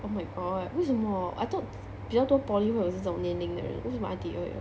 oh my god 为什么 I thought 比较多 poly 会有这种年龄的人为什么 I_T_E 会有